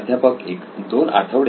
प्राध्यापक 1 2 आठवडे